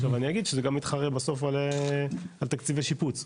עכשיו אני אגיד שזה גם מתחרה בסוף על תקציבי שיפוץ,